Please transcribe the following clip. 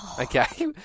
Okay